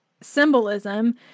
symbolism